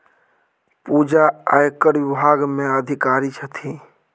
पूजा आयकर विभाग मे अधिकारी छथि